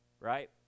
Right